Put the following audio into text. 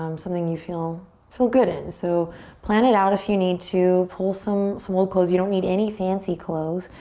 um something you feel feel good in. so plan it out if you need to pull some some old clothes. you don't need any fancy clothes,